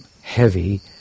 heavy